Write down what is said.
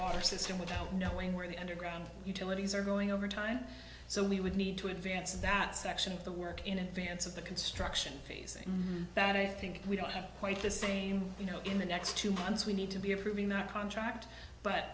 water system without knowing where the underground utilities are going over time so we would need to advance that section of the work in advance of the construction phase that i think we don't have quite the same you know in the next two months we need to be approving that contract but